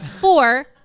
Four